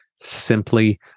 simply